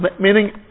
Meaning